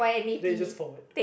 then you just forward